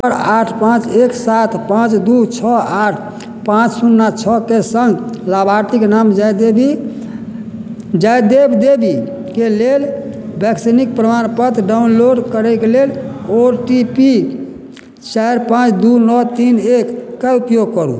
आठ पाँच एक सात पाँच दू छओ आठ पाँच शून्ना छओके संग लाभार्थीक नाम जयदेवी जय देव देबीके लेल वैक्सीनक प्रमाणपत्र डाउनलोड करैक लेल ओ टी पी चारि पाँच दू नओ तीन एकके उपयोग करु